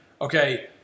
Okay